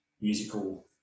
musical